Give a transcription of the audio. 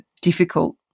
difficult